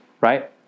Right